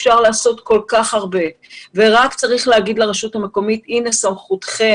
אפשר לעשות כל כך הרבה ורק צריך להגיד לרשות המקומית הנה סמכותכן,